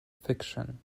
fiction